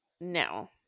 No